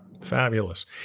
Fabulous